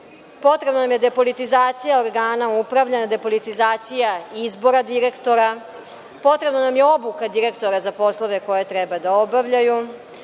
zahteva. Potrebna nam je depolitizacija organa upravljanja, depolitizacija izbora direktora. Potrebna nam je obuka direktora za poslove koje treba da obavljaju.